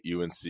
UNC